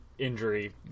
Injury